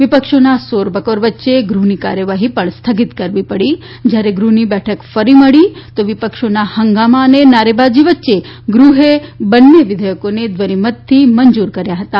વીપક્ષોના શોરબકોર વચ્ચે ગૃહની કાર્યવાહી પણ સ્થગિત કરવી પડી જયારે ગૃહની બેઠક ફરી મળી તો વીપક્ષોના હંગામા અને નારેબાજી વચ્ચે ગૃહે બંને વિધેયકોને ધ્વનમતિથી મંજુર કર્યુ હતું